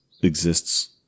exists